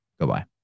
Goodbye